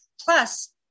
Plus